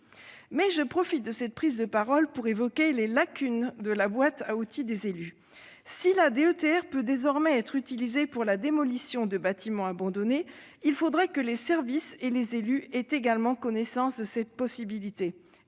Mais je profite de cette prise de parole pour évoquer les lacunes de la boîte à outils des élus. Si la DETR, la dotation d'équipement des territoires ruraux, peut désormais être utilisée pour la démolition de bâtiments abandonnés, il faudrait que les services et les élus aient largement connaissance de cette possibilité.